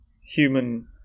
human